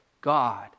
God